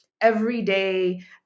everyday